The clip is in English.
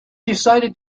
decided